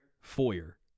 Foyer